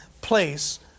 place